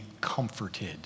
comforted